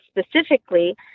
specifically